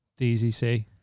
DZC